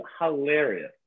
hilarious